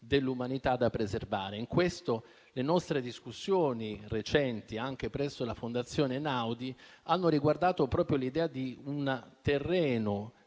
dell'umanità da preservare. Le nostre discussioni recenti, anche presso la Fondazione Einaudi, hanno riguardato proprio l'idea di un terreno di